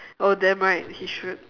oh damn right he should